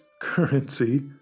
currency